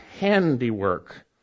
handiwork